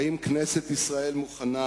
האם כנסת ישראל מוכנה